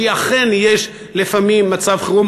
כי אכן יש לפעמים מצב חירום,